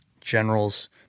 generals